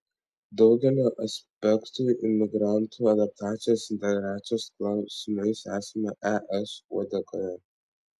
daugeliu aspektų imigrantų adaptacijos integracijos klausimais esame es uodegoje